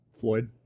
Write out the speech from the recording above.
floyd